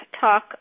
talk